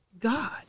God